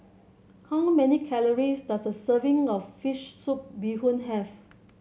how many calories does a serving of fish soup Bee Hoon have